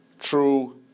true